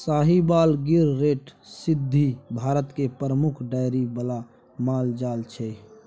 Sahiwal, Gir, red Sindhi Bharat मे प्रमुख dairy बला माल जाल छै